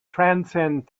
transcend